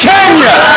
Kenya